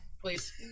Please